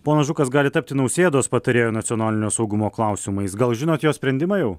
ponas žukas gali tapti nausėdos patarėju nacionalinio saugumo klausimais gal žinot jo sprendimą jau